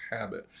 habit